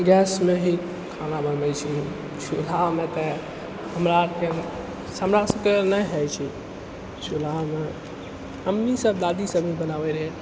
गैसमे ही खाना बनबै छी चूल्हामे तऽ हमरा आरके हमरा सभके नहि होइ छै चूल्हामे मम्मी सभ दादी सभ ही बनाबै रहै